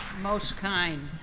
most kind.